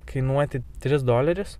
kainuoti tris dolerius